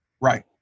Right